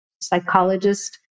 Psychologist